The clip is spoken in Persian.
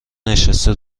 نشسته